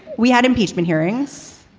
we had impeachment hearings.